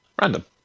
Random